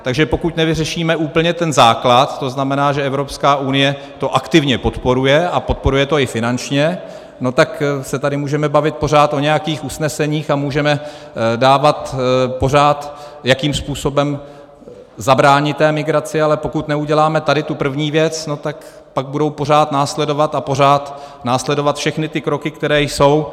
Takže pokud nevyřešíme úplně ten základ, tzn. že Evropská unie to aktivně podporuje a podporuje to i finančně, tak se tady můžeme bavit pořád o nějakých usneseních a můžeme dávat pořád, jakým způsobem zabránit té migraci, ale pokud neuděláme tady tu první věc, pak budou pořád následovat a pořád následovat všechny ty kroky, které jsou.